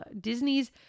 Disney's